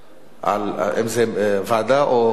אם זה יידון בוועדה או יוסר.